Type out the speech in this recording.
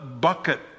bucket